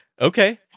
Okay